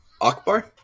Akbar